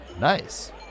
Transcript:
nice